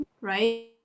right